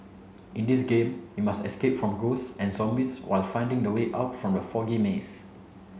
in this game you must escape from ghosts and zombies while finding the way out from the foggy maze